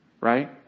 right